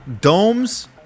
Domes